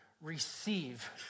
receive